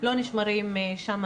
לא נשמרים שם,